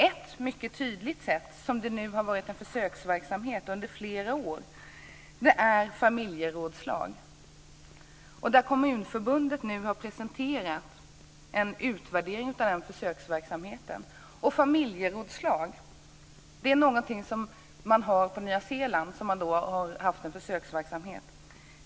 Ett mycket tydligt sätt, som använts i en försöksverksamhet under flera år, är familjerådslag. Kommunförbundet har nu presenterat en utvärdering av den försöksverksamheten. Familjerådslag är en försöksverksamhet som man har bedrivit på Nya Zeeland.